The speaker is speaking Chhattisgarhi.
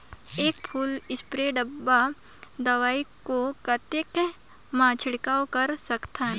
एक फुल स्प्रे डब्बा दवाई को कतेक म छिड़काव कर सकथन?